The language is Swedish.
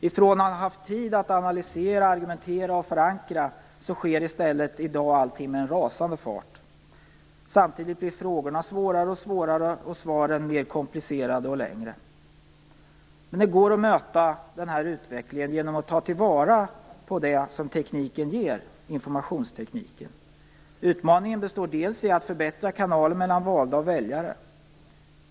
Ifrån att ha haft tid att analysera, argumentera och förankra sker allting i dag i stället med en rasande fart. Samtidigt blir frågorna svårare och svårare och svaren mer komplicerade och längre. Men det går att möta denna utveckling genom att ta till vara det som informationstekniken ger. Utmaningen består delvis i att förbättra kanalerna mellan valda och väljare.